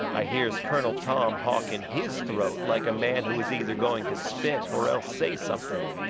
i hears colonel tom hawk in his throat like a man who is either going to spit or else say something.